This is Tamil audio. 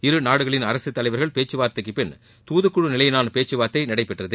இரு நாடுகளின் அரசுத் தலைவர்கள் பேச்சுவார்த்தைக்கு பின் தூதுக்குழு நிலையிலான பேச்சுவார்த்தை நடைபெற்றது